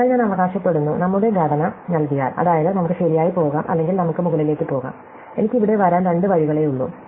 അതിനാൽ ഞാൻ അവകാശപ്പെടുന്നു നമ്മുടെ ഘടന നൽകിയാൽ അതായത് നമുക്ക് ശരിയായി പോകാം അല്ലെങ്കിൽ നമുക്ക് മുകളിലേക്ക് പോകാം എനിക്ക് ഇവിടെ വരാൻ രണ്ട് വഴികളേയുള്ളൂ